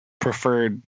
preferred